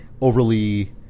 overly